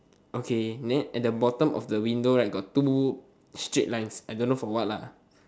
okay then at the bottom of the window right got two straight lines I don't know from what lah